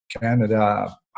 Canada